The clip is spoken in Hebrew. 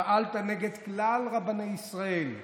פעלת נגד כלל רבני ישראל.